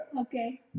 okay